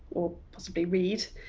or possibly read,